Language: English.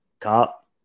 top